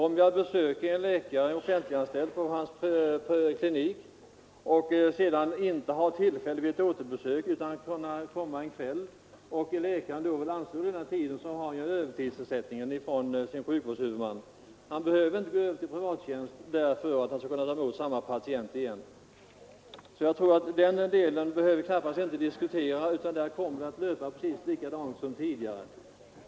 Om jag besöker en offentliganställd läkare på hans klinik och sedan inte har tillfälle att göra återbesök annat än på en kväll och läkaren 125 då vill anslå tid åt mig, har han ju övertidsersättning från sin sjukvårdshuvudman. Han behöver inte gå över till privattjänst för att kunna ta emot samma patient igen, Den delen av frågan behöver vi alltså knappast diskutera. Vården kommer att löpa precis likadant som tidigare.